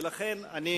ולכן אני